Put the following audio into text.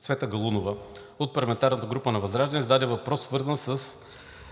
Цвета Галунов, от парламентарната група на ВЪЗРАЖДАНЕ зададе въпрос, свързан с